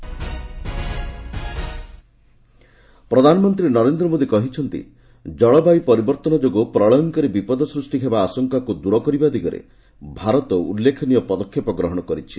PM UN ପ୍ରଧାନମନ୍ତ୍ରୀ ନରେନ୍ଦ୍ର ମୋଦୀ କହିଛନ୍ତି ଜଳବାୟୁ ପରିବର୍ତ୍ତନ ଯୋଗୁଁ ପ୍ରଳୟଙ୍କାରୀ ବିପଦ ସୃଷ୍ଟି ହେବା ଆଶଙ୍କାକୁ ଦୂର କରିବା ଦିଗରେ ଭାରତ ଉଲ୍ଲ୍ରେଖନୀୟ ପଦକ୍ଷେପ ଗ୍ରହଣ କରିଛି